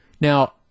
Now